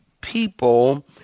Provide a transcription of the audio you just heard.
people